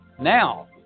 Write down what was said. Now